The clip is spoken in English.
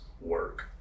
work